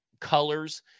colors